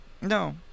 No